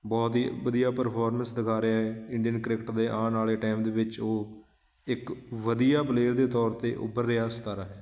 ਬਹੁਤ ਹੀ ਵਧੀਆ ਪਰਫੋਰਮੈਂਸ ਦਿਖਾ ਰਿਹਾ ਹੈ ਇੰਡੀਅਨ ਕ੍ਰਿਕਟ ਦੇ ਆਉਣ ਵਾਲੇ ਟਾਈਮ ਦੇ ਵਿੱਚ ਉਹ ਇੱਕ ਵਧੀਆ ਪਲੇਅਰ ਦੇ ਤੌਰ 'ਤੇ ਉੱਭਰ ਰਿਹਾ ਸਿਤਾਰਾ ਹੈ